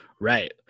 Right